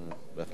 בבקשה, אדוני.